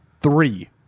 three